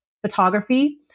photography